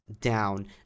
down